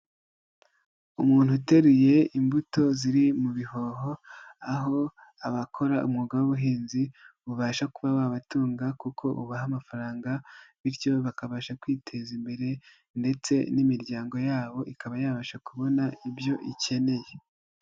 Umuntu uteruye imbuto ziri mu bihoho aho abakora umwuga w'ubuhinzi ubasha kuba wabatunga kuko ubaha amafaranga bityo bakabasha kwiteza imbere ndetse n'imiryango yabo ikaba yabasha kubona ibyo ikeneye.